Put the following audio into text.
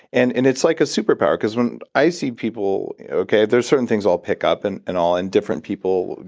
and and it's like a superpower, because when i see people, okay, there's certain things i'll pick up and and all in different people,